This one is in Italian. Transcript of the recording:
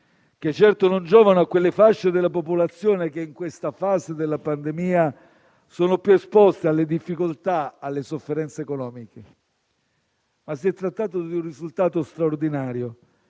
che certo non giovano a quelle fasce della popolazione che in questa fase della pandemia sono più esposte alle difficoltà e alle sofferenze economiche. Ma si è trattato di un risultato straordinario,